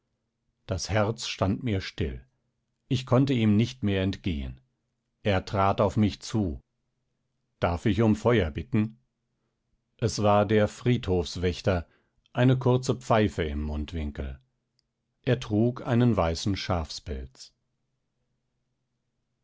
das herz stand mir still ich konnte ihm nicht mehr entgehen er trat auf mich zu darf ich um feuer bitten es war der friedhofswächter eine kurze pfeife im mundwinkel er trug einen weißen schafspelz